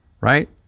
right